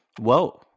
Whoa